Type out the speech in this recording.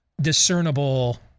discernible